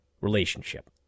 relationship